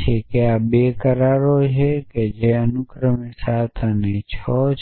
છે કે આ 2 કરારો આપ્યા છે જે અનુક્રમે 7 અને 6 છે